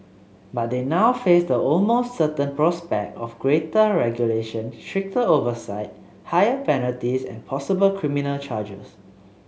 but they now face the almost certain prospect of greater regulation stricter oversight higher penalties and possible criminal charges